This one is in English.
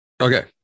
Okay